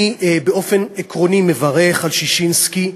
אני באופן עקרוני מברך על ששינסקי.